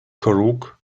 crook